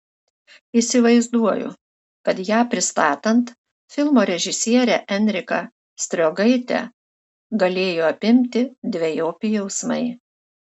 įsivaizduoju kad ją pristatant filmo režisierę enriką striogaitę galėjo apimti dvejopi jausmai